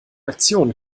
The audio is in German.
aktion